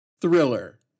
Thriller